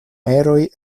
eroj